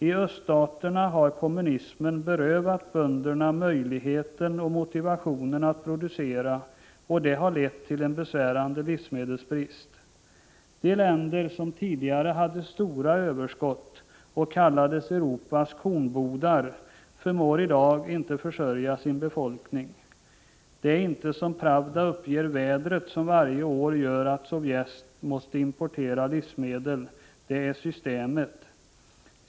I öststaterna har kommunismen berövat bönderna möjligheten och motivationen att producera, och det har lett till en besvärande livsmedelsbrist. De länder som tidigare hade stora överskott och kallades Europas kornbodar förmår i dag inte försörja sin befolkning. Det är inte, som Pravda uppger, vädret som varje år gör att Sovjet måste importera livsmedel — det är systemet.